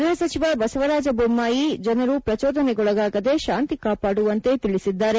ಗೃಹ ಸಚಿವ ಬಸವರಾಜ ಬೊಮ್ಮಾಯಿ ಜನರು ಪ್ರಚೋದನೆಗೊಳಗಾಗದೆ ಶಾಂತಿ ಕಾಪಾಡುವಂತೆ ತಿಳಿಸಿದರು